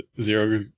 zero